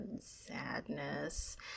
sadness